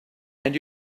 and